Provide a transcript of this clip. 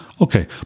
Okay